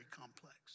complex